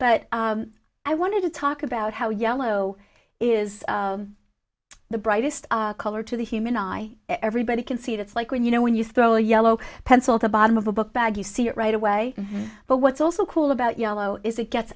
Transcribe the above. but i wanted to talk about how yellow is the brightest color to the human eye everybody can see it it's like when you know when you throw a yellow pencil at the bottom of a book bag you see it right away but what's also cool about yellow is it gets